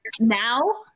now